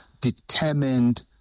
determined